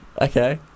Okay